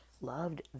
Loved